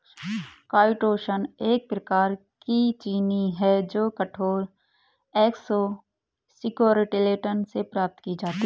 chitosan एक प्रकार की चीनी है जो कठोर एक्सोस्केलेटन से प्राप्त की जाती है